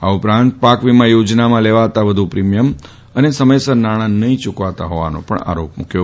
આ ઉપ રાંત ભાકવીમા યોજનામાં લેવાતા વધુ પ્રિમિયમ અને સમયસર નાણાં નહીં યૂકવતાં હોવાનો આરો મૂક્યો